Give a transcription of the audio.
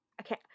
okay